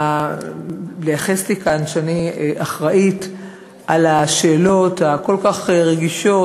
לייחס לי כאן אחריות לשאלות הכל-כך רגישות,